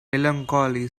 melancholy